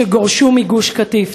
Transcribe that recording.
שגורשו מגוש-קטיף.